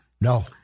No